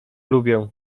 lubię